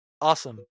Awesome